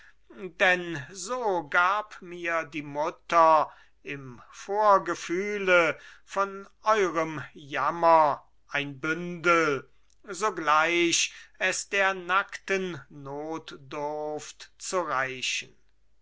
denn so gab mir die mutter im vorgefühle von eurem jammer ein bündel sogleich es der nackten notdurft zu reichen